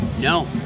No